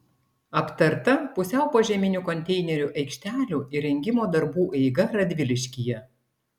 aptarta pusiau požeminių konteinerių aikštelių įrengimo darbų eiga radviliškyje